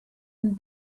and